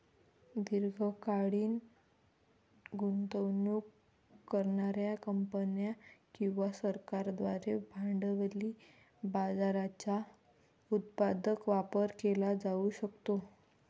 दीर्घकालीन गुंतवणूक करणार्या कंपन्या किंवा सरकारांद्वारे भांडवली बाजाराचा उत्पादक वापर केला जाऊ शकतो